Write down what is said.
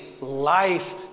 life